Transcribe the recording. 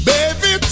Baby